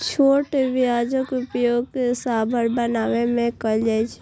छोट प्याजक उपयोग सांभर बनाबै मे कैल जाइ छै